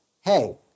hey